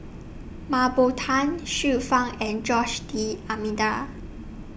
Mah Bow Tan Xiu Fang and Jose D'almeida